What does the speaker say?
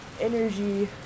energy